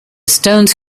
stones